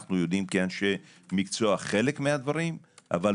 אנו יודעים כאנשי מקצוע חלק מהדברים אבל